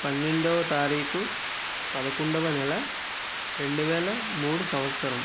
పన్నెండో తారీఖు పదకొండవ నెల రెండు వేల మూడు సంవత్సరం